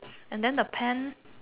and then the pan